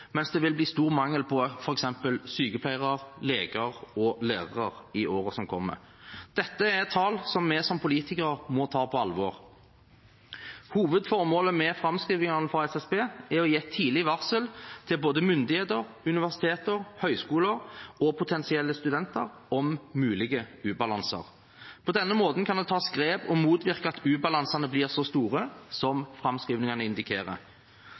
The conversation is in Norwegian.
mens det vil bli stor mangel på f.eks. sykepleiere, leger og lærere i årene som kommer. Dette er tall vi som politikere må ta på alvor. Hovedformålet med framskrivningene fra SSB er å gi et tidlig varsel til både myndigheter, universiteter, høyskoler og potensielle studenter om mulige ubalanser. På denne måten kan det tas grep og motvirke at ubalansene blir så store som framskrivningene indikerer.